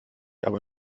aber